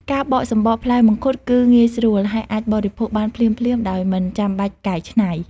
ការបកសំបកផ្លែមង្ឃុតគឺងាយស្រួល ហើយអាចបរិភោគបានភ្លាមៗដោយមិនចាំបាច់កែច្នៃ។